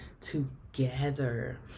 together